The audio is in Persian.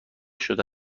شده